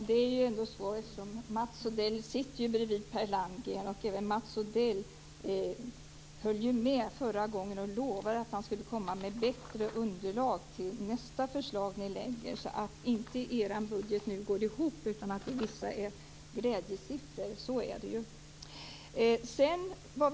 Fru talman! Mats Odell sitter ju bredvid Per Landgren, och även Mats Odell lovade ju förra gången att han skulle komma med bättre underlag till nästa förslag som ni lägger fram. Er budget går inte ihop nu, utan den innehåller vissa glädjesiffror.